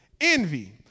Envy